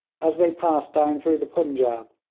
as they passed down through the punjaub,